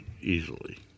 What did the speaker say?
easily